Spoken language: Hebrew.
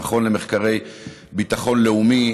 המכון למחקרי ביטחון לאומי,